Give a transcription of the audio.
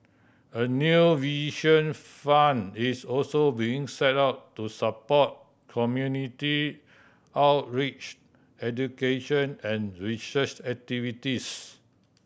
a new Vision Fund is also being set up to support community outreach education and research activities